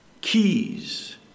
keys